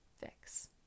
fix